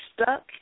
stuck